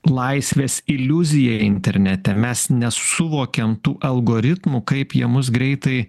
laisvės iliuziją internete mes nesuvokiam tų algoritmų kaip jie mus greitai